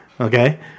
Okay